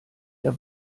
der